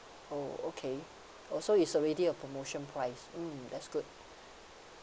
oh okay oh so is already a promotion price mm that's good